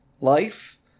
life